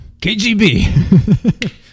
KGB